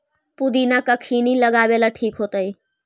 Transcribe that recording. पुदिना कखिनी लगावेला ठिक होतइ?